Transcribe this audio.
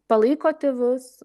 palaiko tėvus